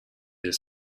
his